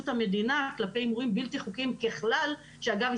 המדינה כלפי הימורים בלתי-חוקיים ככלל כשאגב,